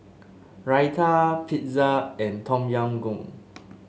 Raita Pizza and Tom Yam Goong